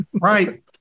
Right